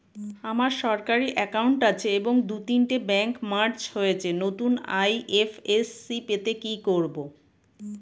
আমার সরকারি একাউন্ট আছে এবং দু তিনটে ব্যাংক মার্জ হয়েছে, নতুন আই.এফ.এস.সি পেতে কি করব?